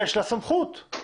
סמכות.